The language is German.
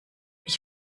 ich